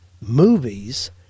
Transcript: movies